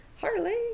Harley